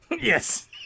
Yes